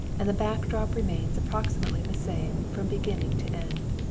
and the back drop remains approximately the same from beginning to end.